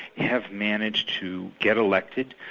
have managed to get elected,